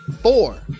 four